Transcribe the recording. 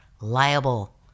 liable